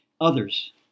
others